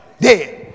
Dead